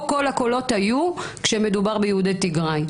כל הקולות היו כשמדובר ביהודי תיגראי.